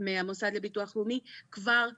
מהמוסד לביטוח לאומי כבר שנים.